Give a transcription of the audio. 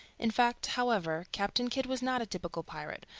in fact, however, captain kidd was not a typical pirate,